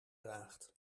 draagt